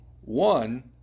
One